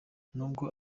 nubwo